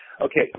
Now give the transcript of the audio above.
Okay